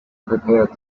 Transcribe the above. prepared